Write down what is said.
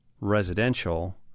residential